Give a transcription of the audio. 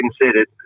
considered